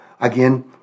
Again